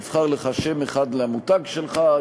תבחר לך שם אחד למותג שלך,